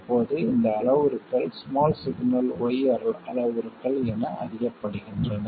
இப்போது இந்த அளவுருக்கள் ஸ்மால் சிக்னல் y அளவுருக்கள் என அறியப்படுகின்றன